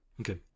Okay